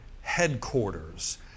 headquarters